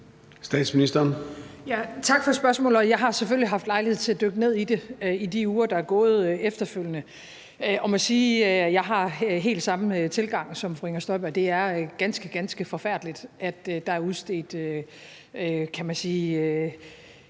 Tak for spørgsmålet. Jeg har selvfølgelig haft lejlighed til at dykke ned i det i de uger, der er gået efterfølgende, og må sige, at jeg har den helt samme tilgang som fru Inger Støjberg. Det er ganske, ganske forfærdeligt, at der er udstedt,